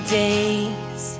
days